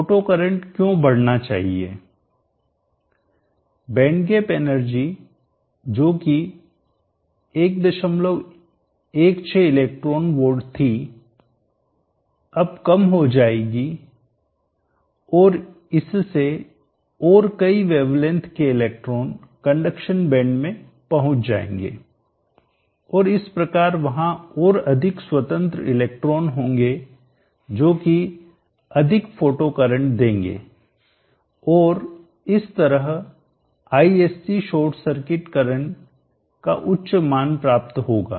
photocurrent क्यों बढ़ना चाहिए बैंड गैप एनर्जी जो कि116 इलेक्ट्रॉन वोल्ट थी अब कम हो जाएगी और इससे और कई वेवलेंथ तरंगदैर्ध्य के इलेक्ट्रॉन कंडक्शन बैंड में पहुंच जाएंगे और इस प्रकार वहां और अधिक स्वतंत्र इलेक्ट्रॉन होंगे जोकि अधिक फोटोकरंट देंगे और इस तरह Isc शॉर्ट सर्किट करंट का उच्च मान प्राप्त होगा